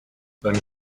sein